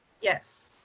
Yes